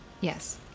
Yes